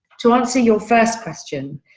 to answer your first question.